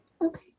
Okay